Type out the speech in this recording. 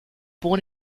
born